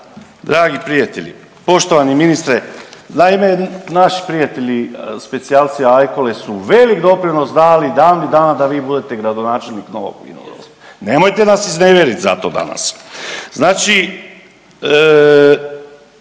dragi prijatelji, poštovani ministre. Naime, naši prijatelji specijalci, ajkule su velik doprinos dali davnih dana da vi budete gradonačelnik Novog Vinodolskog. Nemojte nas iznevjeriti zato danas. Znači